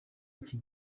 iki